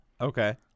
Okay